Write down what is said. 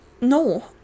no